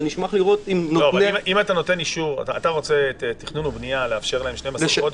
אבל נשמח לראות עם נותני --- אתה רוצה לתכנון ובנייה לאפשר 12 חודש.